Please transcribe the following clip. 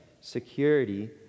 security